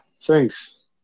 thanks